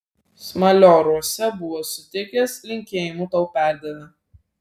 smalioriuose buvau sutikęs linkėjimų tau perdavė